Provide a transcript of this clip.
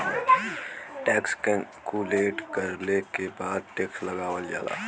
tax calculate करले के बाद टैक्स लगावल जाला